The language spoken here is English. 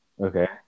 Okay